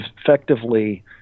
effectively